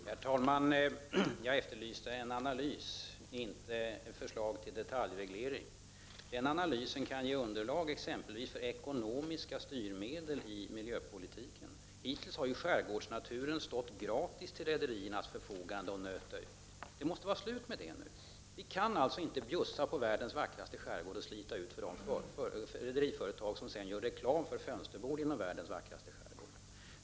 Herr talman! Jag efterlyste en analys, inte förslag till detaljreglering. Jag efterlyste alltså en analys som kan utgöra ett underlag för exempelvis ekonomiska styrmedel i miljöpolitiken. Hittills har ju skärgårdsnaturen stått till rederiernas förfogande. Dessa har gratis fått nöta på skärgårdsnaturen. Men det måste bli ett slut på det. Vi kan alltså inte alltså inte fortsätta att bjuda på världens vackraste skärgård, som de rederiföretag sliter ut som dessutom gör reklam för fönsterbord ombord på sina båtar som går genom världens vackraste skärgård.